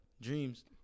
dreams